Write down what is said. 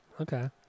Okay